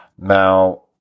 Now